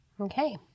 Okay